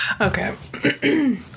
Okay